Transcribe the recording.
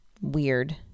weird